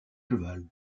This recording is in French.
cheval